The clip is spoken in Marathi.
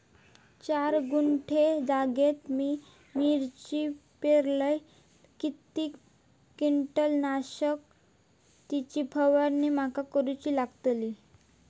चार गुंठे जागेत मी मिरची पेरलय किती कीटक नाशक ची फवारणी माका करूची लागात?